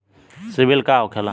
सीबील का होखेला?